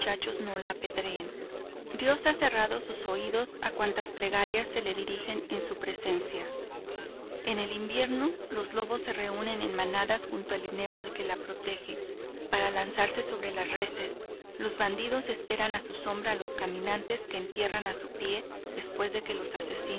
muchachos no la apedreen dios ha cerrado sus oídos a cuantas plegarias se le dirigen en su presencia en el invierno los lobos se reúnen en manadas junto al enebro que la protege para lanzarse sobre las reses los bandidos esperan a su sombra a los caminantes que entierran a su pie después que los